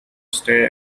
stay